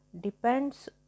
depends